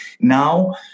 now